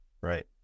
Right